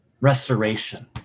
restoration